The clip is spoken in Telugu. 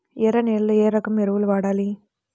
ఎర్ర నేలలో ఏ రకం ఎరువులు వాడాలి?